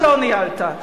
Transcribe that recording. שלא ניהלת?